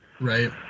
Right